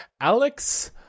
Alex